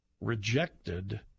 rejected